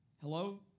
Hello